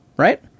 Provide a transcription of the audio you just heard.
right